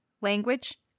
language